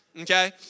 okay